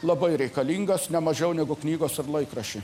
labai reikalingas ne mažiau negu knygos ir laikraščiai